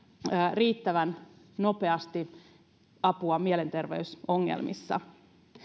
riittävän nopeasti apua mielenterveysongelmissa